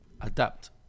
adapt